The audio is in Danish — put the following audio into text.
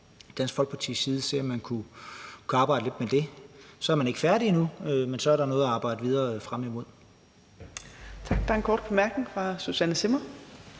Dansk Folkepartis side prøve at se, om man kunne arbejde lidt med det. Så er man ikke færdig endnu, men så er der noget at arbejde videre frem imod.